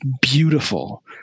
beautiful